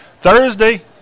Thursday